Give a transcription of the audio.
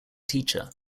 teacher